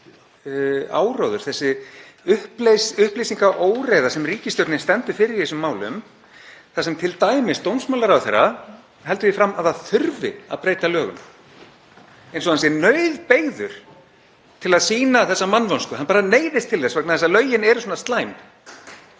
áróður, þessi upplýsingaóreiða sem ríkisstjórnin stendur fyrir í þessum málum þar sem t.d. dómsmálaráðherra heldur því fram að það þurfi að breyta lögum, eins og hann sé nauðbeygður til að sýna þessa mannvonsku. Hann neyðist bara til þess vegna þess að lögin eru svona slæm.